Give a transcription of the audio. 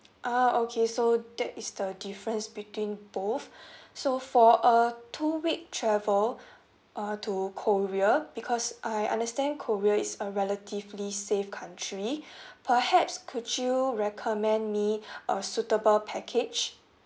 ah okay so that is the difference between both so for a two week travel uh to korea because I understand korea is a relatively safe country perhaps could you recommend me a suitable package